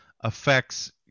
affects